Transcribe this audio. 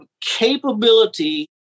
capability